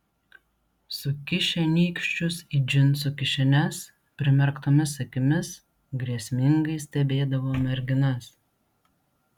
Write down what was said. sukišę nykščius į džinsų kišenes primerktomis akimis grėsmingai stebėdavo merginas